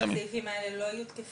והסעיפים האלו לא יהיו תקפים?